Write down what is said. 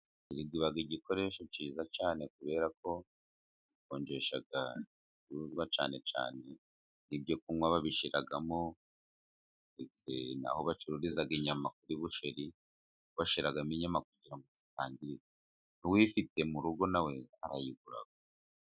Firigo iba igikoresho cyiza cyane kubera ko ikonjesha ibicuruzwa cyane cyane. Ibyo kunywa babishyiramo, ndetse n'aho bacururiza inyama kuri busheri bashyiramo inyama kugira ngo zitangirika. N'uwifite mu rugo nawe arayigura.